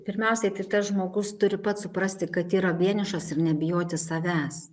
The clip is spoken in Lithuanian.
pirmiausiai tai tas žmogus turi pats suprasti kad yra vienišas ir nebijoti savęs